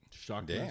shocked